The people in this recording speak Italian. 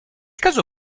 caso